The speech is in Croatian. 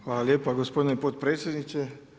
Hvala lijepa gospodine potpredsjedniče.